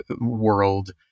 world